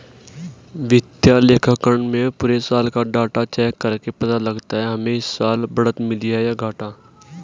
वित्तीय लेखांकन में पुरे साल का डाटा चेक करके पता लगाते है हमे इस साल बढ़त मिली है या घाटा